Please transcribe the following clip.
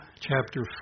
chapter